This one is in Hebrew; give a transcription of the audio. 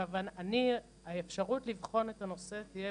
הכוונה שלי הייתה שהאפשרות לבחון את הנושא תהיה